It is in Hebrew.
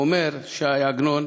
הוא אומר, ש"י עגנון,